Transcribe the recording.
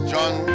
John